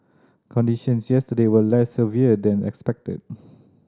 conditions yesterday were less severe than expected